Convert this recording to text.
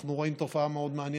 אנחנו רואים תופעה מאוד מעניינת: